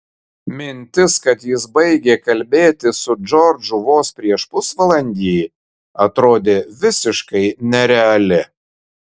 mintis kad jis baigė kalbėti su džordžu vos prieš pusvalandį atrodė visiškai nereali